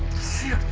see ah